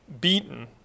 beaten